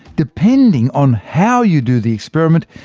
depending on how you do the experiment,